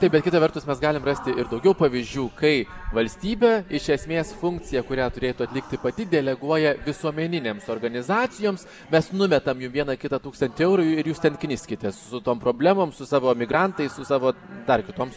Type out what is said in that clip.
taip bet kita vertus mes galim rasti ir daugiau pavyzdžių kai valstybė iš esmės funkcija kurią turėtų atlikti pati deleguoja visuomeninėms organizacijoms mes numetam jum vieną kitą tūkstantį eurų ir jūs ten kniskitės su tom problemom su savo migrantais su savo dar kitoms